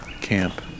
camp